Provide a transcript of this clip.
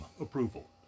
approval